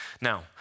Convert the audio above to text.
Now